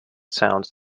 sounds